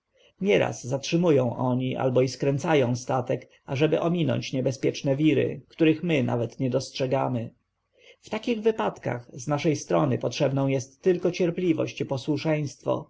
nieraz zatrzymują oni albo i skręcają statek ażeby ominąć niebezpieczne wiry których my nawet nie dostrzegamy w takich wypadkach z naszej strony potrzebną jest tylko cierpliwość i posłuszeństwo